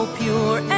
pure